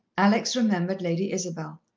alex remembered lady isabel.